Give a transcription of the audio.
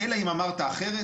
אחרת,